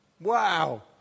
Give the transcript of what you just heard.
Wow